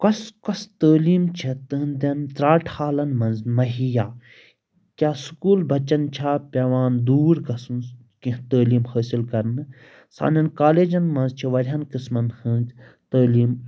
کۄس کۄس تٲلیٖم چھےٚ تٕہٕنٛدٮ۪ن ژرٛاٹ حالن منٛز مہیّا کیٛاہ سکوٗل بَچن چھا پٮ۪وان دوٗر گژھُن کیٚنٛہہ تٲلیٖم حٲصِل کرنہٕ سانٮ۪ن کالیجن منٛز چھِ واریاہن قٕسمَن ہٕنٛز تٲلیٖم